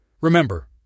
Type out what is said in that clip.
Remember